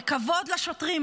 בכבוד לשוטרים,